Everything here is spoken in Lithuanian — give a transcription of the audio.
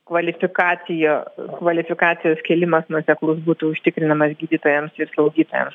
kvalifikacija kvalifikacijos kėlimas nuoseklus būtų užtikrinamas gydytojams ir slaugytojams